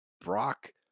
Brock